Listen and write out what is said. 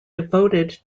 devoted